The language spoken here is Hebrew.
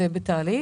זה בתהליך.